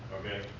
okay